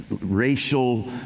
racial